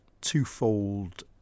twofold